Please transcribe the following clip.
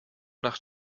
nach